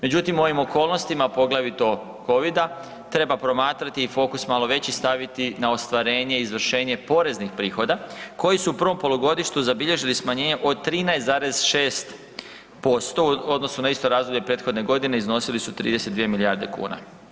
Međutim, u ovim okolnostima poglavito covida treba promatrati fokus malo veći staviti na ostvarenje i izvršenje poreznih prihoda koji su u prvom polugodištu zabilježili smanjenje od 13,6% u odnosu na isto razdoblje prethodne godine iznosili su 32 milijarde kuna.